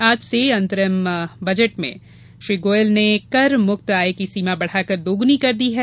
आज के अंतरिम बजट में श्री गोयल ने कर मुक्त आय की सीमा बढ़ाकर दौग्नी कर दी गई है